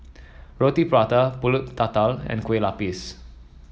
Roti Prata pulut Tatal and Kueh Lapis